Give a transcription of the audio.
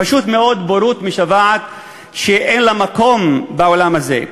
פשוט מאוד, בורות משוועת שאין לה מקום בעולם הזה.